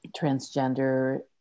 transgender